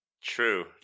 True